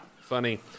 funny